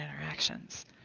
interactions